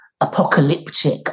apocalyptic